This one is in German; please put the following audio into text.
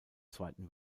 zweiten